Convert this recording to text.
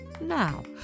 Now